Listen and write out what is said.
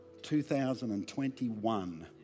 2021